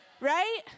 Right